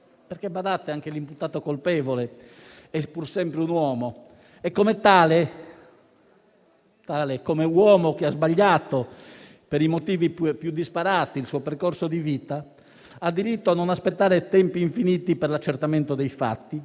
Badate, anche l'imputato colpevole è pur sempre un uomo, e come uomo che ha sbagliato, per i motivi più disparati, il suo percorso di vita, ha diritto a non aspettare tempi infiniti per l'accertamento dei fatti